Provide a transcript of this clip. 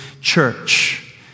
church